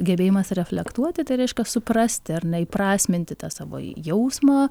gebėjimas reflektuoti tai reiškia suprasti ar na įprasminti tą savo jausmą